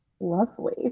lovely